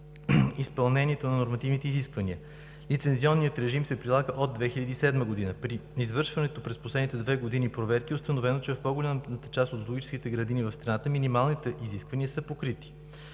изпълнението на нормативните изисквания. Лицензионният режим се прилага от 2007 г. При извършените през последните две години проверки е установено, че в по-голямата част от зоологическите градини в страната минималните изисквания са покрити.